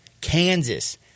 Kansas